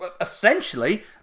essentially